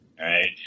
right